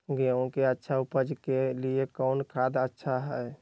गेंहू के अच्छा ऊपज के लिए कौन खाद अच्छा हाय?